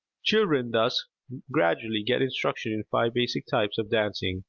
children thus gradually get instruction in five basic types of dancing,